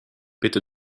bitte